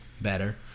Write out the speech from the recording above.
better